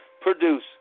produce